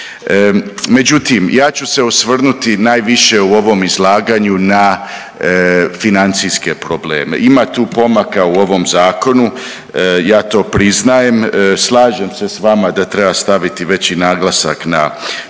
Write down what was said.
Međutim, ja ću se osvrnuti najviše u ovom izlaganju na financijske probleme. Ima tu pomaka u ovom zakonu, ja to priznajem, slažem se s vama da treba staviti veći naglasak na